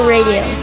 Radio